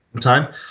time